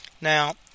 Now